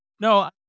no